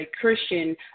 Christian